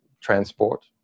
transport